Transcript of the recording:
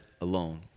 alone